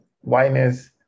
whiteness